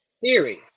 theory